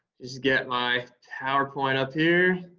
just get my powerpoint up here.